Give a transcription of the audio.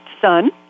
son